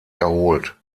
erholt